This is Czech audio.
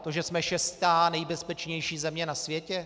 To, že jsme šestá nejbezpečnější země na světě?